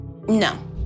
No